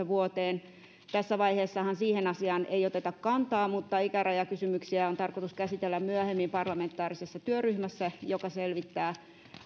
vuoteen tässä vaiheessahan siihen asiaan ei oteta kantaa mutta ikärajakysymyksiä on tarkoitus käsitellä myöhemmin parlamentaarisessa työryhmässä joka selvittää